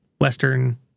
Western